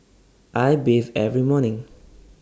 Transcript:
I bathe every morning